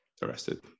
arrested